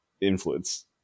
influence